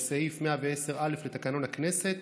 וסעיף 110(א) לתקנון הכנסת,